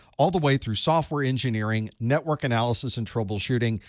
all the way through software engineering, network analysis and troubleshooting,